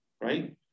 right